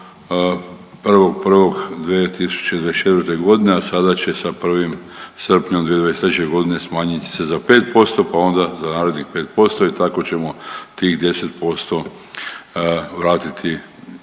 1.1.2024. godine, a sada će sa 1. srpnjom 2023. smanjiti se za 5% pa onda za narednih 5% i tako ćemo tih 10% vratiti njihovim